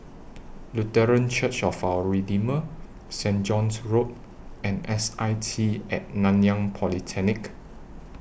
Lutheran Church of Our Redeemer Saint John's Road and S I T At Nanyang Polytechnic